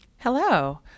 Hello